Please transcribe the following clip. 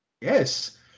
Yes